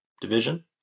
division